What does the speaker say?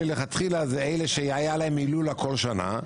לכתחילה זה אלה שהיה להם הילולה כל שנה,